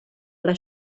alla